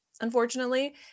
unfortunately